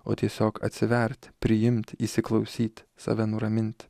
o tiesiog atsivert priimti įsiklausyt save nuramint